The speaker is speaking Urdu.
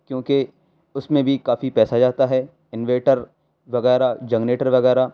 کیوں کہ اس میں بھی کافی پیسہ جاتا ہے انورٹر وغیرہ جنریٹر وغیرہ